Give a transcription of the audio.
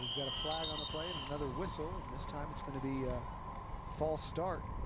got a flag on the play, and another whistle, this time it's going to be a false start.